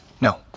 No